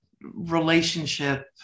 relationship